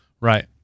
Right